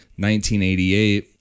1988